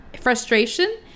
frustration